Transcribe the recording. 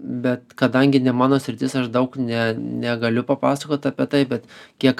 bet kadangi ne mano sritis aš daug ne negaliu papasakot apie tai bet kiek